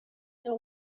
know